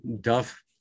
Duff